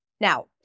Now